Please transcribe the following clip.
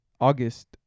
August